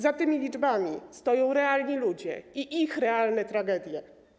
Za tymi liczbami stoją realni ludzie i ich realne tragedie.